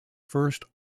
first